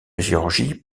géorgie